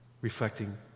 reflecting